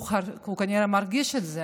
הוא כנראה מרגיש את זה,